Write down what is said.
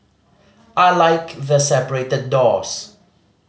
I like the separated doors